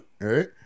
right